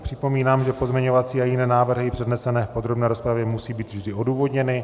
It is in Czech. Připomínám, že pozměňovací a jiné návrhy přednesené v podrobné rozpravě musí být vždy odůvodněny.